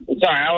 Sorry